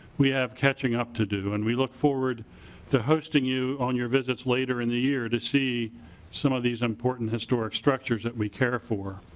we have catching up to do and we look forward to hosting you on your visits later in the year to see some of these important historic structures that we care for.